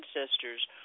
ancestors